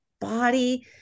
body